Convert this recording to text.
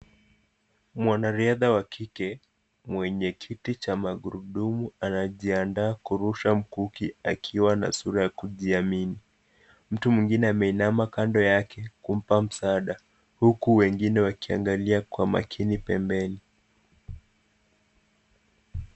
Mwanariadha wa kike mwenye kiti cha magurudumu anajiandaa kurusha mkuki akiwa na sura ya kujiamini. Mtu mwingine ameinama kando yake kumba msaada huku wengine wakiangalia kwa makini pembeni.